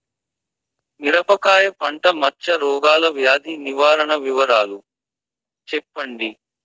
మిరపకాయ పంట మచ్చ రోగాల వ్యాధి నివారణ వివరాలు చెప్పండి?